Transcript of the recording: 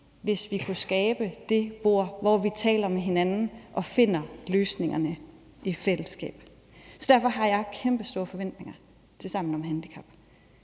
hvis vi kunne skabe det bord, hvor vi taler med hinanden og finder løsningerne i fællesskab. Derfor har jeg kæmpestore forventninger til Sammen om handicap.